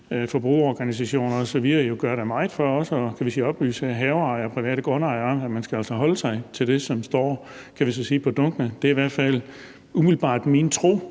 forbrugerorganisationer osv. da gør meget for at oplyse haveejere og private grundejere om, at man altså skal holde sig til det, som står på dunkene. Der er i hvert fald umiddelbart,